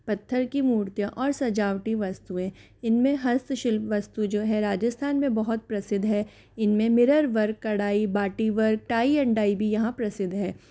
पत्थर की मूर्तियाँ और सजावटी वस्तुएँ इनमें हस्तशिल्प वस्तु जो है राजस्थान में बहुत प्रसिद्ध है इनमें मिरर वर्क कढ़ाई बाटी वर्क टाई एंड डाई भी यहाँ प्रसिद्ध है